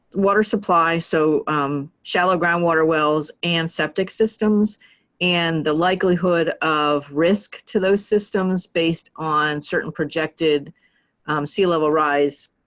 water supply, so shallow ground water wells and septic systems and the likelihood of risk to those systems based on certain projected sea level rise